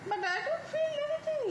but I don't feel anything